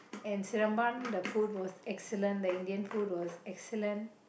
and Seremban the food was excellent the Indian food was excellent